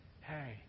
hey